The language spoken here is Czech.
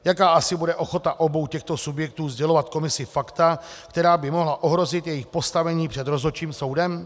Jaká asi bude ochota obou těchto subjektů sdělovat komisi fakta, která by mohla ohrozit jejich postavení před rozhodčím soudem?